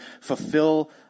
fulfill